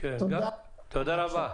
תודה רבה.